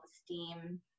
esteem